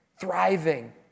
thriving